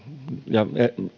ja